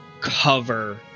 cover